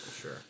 sure